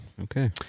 Okay